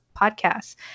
podcasts